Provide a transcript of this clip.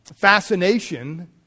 fascination